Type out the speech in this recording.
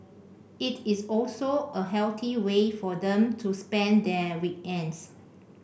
it is also a healthy way for them to spend their weekends